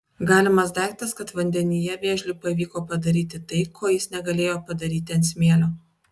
galimas daiktas kad vandenyje vėžliui pavyko padaryti tai ko jis negalėjo padaryti ant smėlio